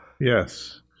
yes